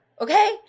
okay